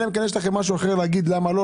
אלא אם כן יש לכם משהו אחר שאיתו תשכנעו למה לא